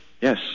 Yes